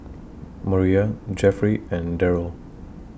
Moriah Jeffrey and Deryl